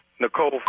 Nicole